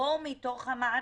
יבואו מתוך המערכת,